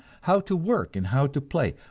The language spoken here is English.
how to work and how to play,